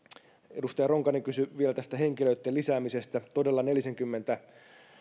edustaja ronkainen kysyi vielä tästä henkilöitten lisäämisestä todella nelisenkymmentä